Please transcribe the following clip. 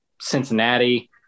Cincinnati